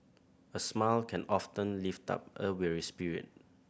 a smile can often lift up a weary spirit